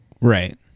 Right